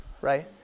right